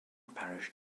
parish